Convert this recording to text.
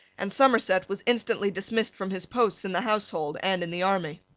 and somerset was instantly dismissed from his posts in the household and in the army.